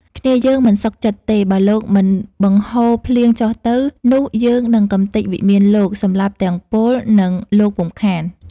គ្នាយើងមិនសុខចិត្តទេ បើលោកមិនបង្ហូរភ្លៀងចុះទៅ នោះរយើងនឹងកម្ទេចវិមានលោក សម្លាប់ទាំងពល ទាំងលោកពុំខាន”។